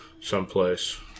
someplace